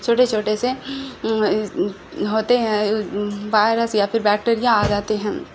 چھوٹے چھوٹے سے ہوتے ہیں بائرس یا پھر بیکٹیریا آ جاتے ہیں